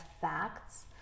facts